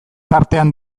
tartean